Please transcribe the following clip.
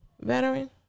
veteran